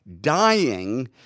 dying